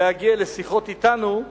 להגיע לשיחות אתנו,